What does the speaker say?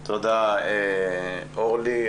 תודה, אורלי.